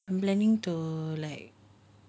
I'm planning to like